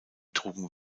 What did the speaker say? trugen